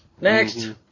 Next